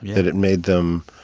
that it made them